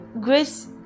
grace